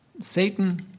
Satan